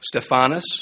Stephanus